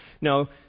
No